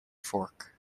fork